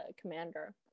commander